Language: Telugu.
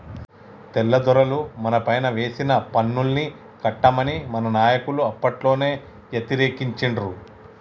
తెల్లదొరలు మనపైన వేసిన పన్నుల్ని కట్టమని మన నాయకులు అప్పట్లోనే యతిరేకించిండ్రు